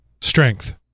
strength